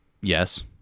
yes